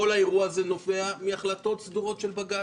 כל האירוע הזה נובע מהחלטות סדורות של בג"ץ.